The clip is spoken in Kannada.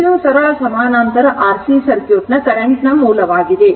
ಇದು ಸರಳ ಸಮಾನಾಂತರ RC ಸರ್ಕ್ಯೂಟ್ ನ current ಮೂಲವಾಗಿದೆ